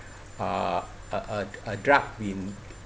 uh a a a drug in